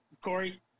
Corey